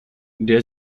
der